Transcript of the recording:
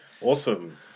Awesome